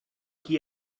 qui